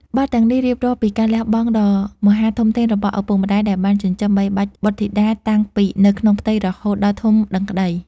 បទទាំងនេះរៀបរាប់ពីការលះបង់ដ៏មហាធំធេងរបស់ឪពុកម្តាយដែលបានចិញ្ចឹមបីបាច់បុត្រធីតាតាំងពីនៅក្នុងផ្ទៃរហូតដល់ធំដឹងក្តី